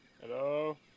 Hello